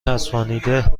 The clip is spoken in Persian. چسبانیده